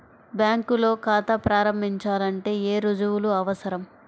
బ్యాంకులో ఖాతా ప్రారంభించాలంటే ఏ రుజువులు అవసరం?